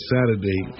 Saturday